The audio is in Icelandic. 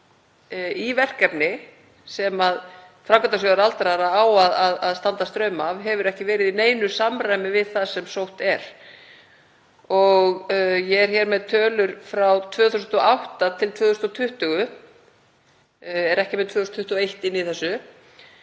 í verkefni sem Framkvæmdasjóður aldraðra á að standa straum af hefur ekki verið í neinu samræmi við það sem sótt er. Ég er hér með tölur frá 2008–2020, er ekki með 2021 í þessu.